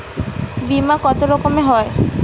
বিমা কত রকমের হয়?